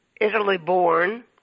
Italy-born